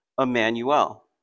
Emmanuel